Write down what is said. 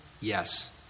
Yes